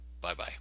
Bye-bye